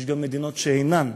ויש גם מדינות שאינן.